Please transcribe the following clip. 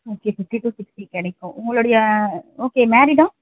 okay fifty to sixty கிடைக்கும் உங்களுடைய okay மேரிடா